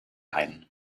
ein